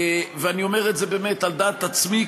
ואני אומר את זה באמת על דעת עצמי,